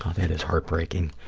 ah that is heartbreaking.